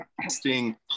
testing